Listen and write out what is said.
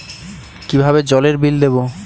কিভাবে জলের বিল দেবো?